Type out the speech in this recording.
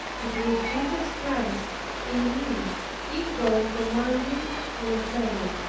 it was jesus christ in me equally commanding and obeying.